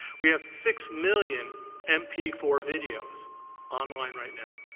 we have six million m p four videos online right now.